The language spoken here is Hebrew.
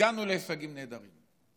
הגענו להישגים נהדרים.